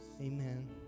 Amen